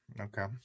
Okay